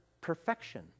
perfection